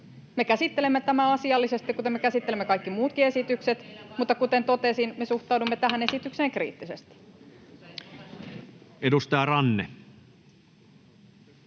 Me käsittelemme tämän asiallisesti, kuten me käsittelemme kaikki muutkin esitykset, mutta kuten totesin, me suhtaudumme tähän esitykseen kriittisesti. [Speech 21]